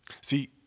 See